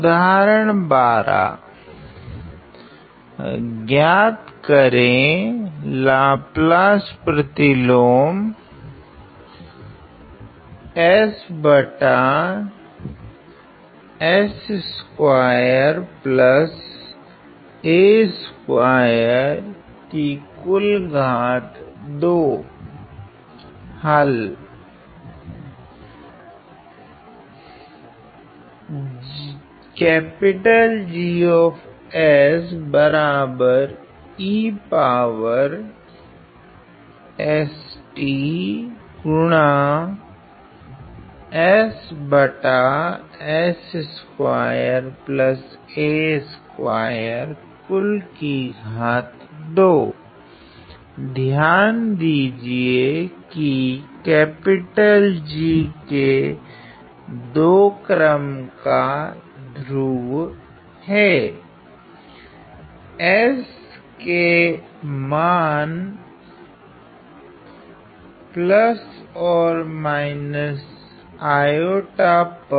उदाहरण 12 ज्ञात करे हल ध्यान दीजिए कि G के 2 क्रम का ध्रुव हैं s के मान पर